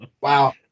Wow